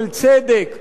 של צדק,